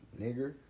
Nigger